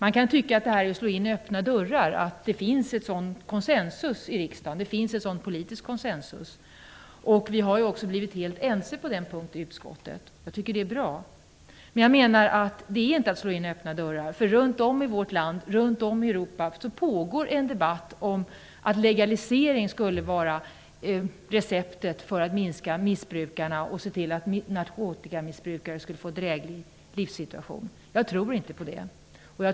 Man kan tycka att detta är att slå in öppna dörrar, att det finns en sådan politisk konsensus i riksdagen. Vi i utskottet har ju också blivit helt ense på den punkten, vilket är bra. Jag menar dock att det inte är att slå in öppna dörrar. Runt om i vårt land, runt om i Europa, pågår ju en debatt om att en legalisering skulle vara receptet för att minska missbruket och för att missbrukarna skulle få en dräglig livssituation. Jag tror inte på det.